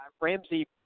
Ramsey